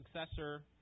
successor